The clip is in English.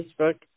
Facebook